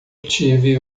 tive